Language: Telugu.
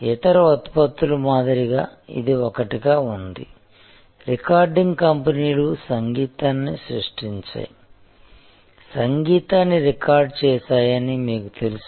ఇతర ఉత్పత్తుల మాదిరిగా ఇది ఒకటిగా ఉంది రికార్డింగ్ కంపెనీలు సంగీతాన్ని సృష్టించాయి సంగీతాన్ని రికార్డ్ చేశాయని మీకు తెలుసు